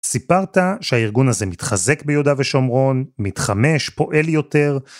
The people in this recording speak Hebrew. סיפרת שהארגון הזה מתחזק ביהודה ושומרון, מתחמש, פועל יותר.